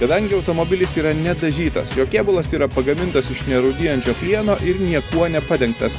kadangi automobilis yra nedažytas jo kėbulas yra pagamintas iš nerūdijančio plieno ir niekuo nepadengtas